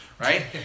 Right